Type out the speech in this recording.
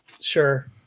sure